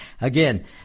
again